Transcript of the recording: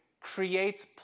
creates